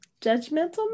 judgmental